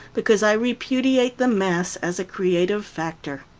because i repudiate the mass as a creative factor.